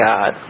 God